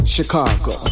Chicago